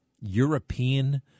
European